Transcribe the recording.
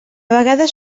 vegades